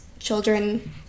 children